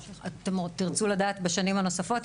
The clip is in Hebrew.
אתם תרצו לדעת בשנים הנוספות,